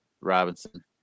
Robinson